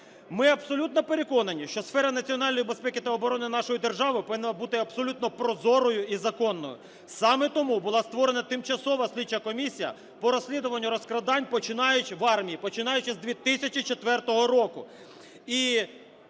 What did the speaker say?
Ми абсолютно переконані, що сфера національної безпеки та оборони нашої держави повинні бути абсолютно прозорою і законною. Саме тому була створена Тимчасова слідча комісія по розслідуванню розкрадань в армії, починаючи з 2004 року.